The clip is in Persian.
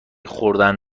خوردن